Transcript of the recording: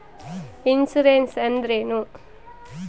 Insurance ಅಂದ್ರೇನು?